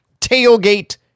Tailgate